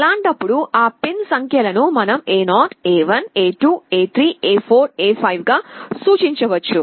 అలాంటప్పుడు ఆ పిన్ సంఖ్య లను మనం A0 A1 A2 A3 A4 A5 గా సూచించవచ్చు